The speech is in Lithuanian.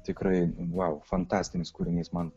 tikrai vau fantastinis kūrinys man